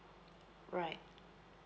right